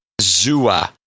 Zua